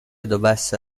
dovesse